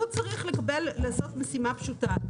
הוא צריך לעשות משימה פשוטה.